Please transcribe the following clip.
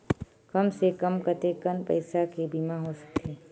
कम से कम कतेकन पईसा के बीमा हो सकथे?